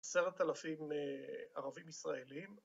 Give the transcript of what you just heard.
עשרת אלפים ערבים ישראלים